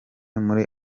muri